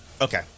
Okay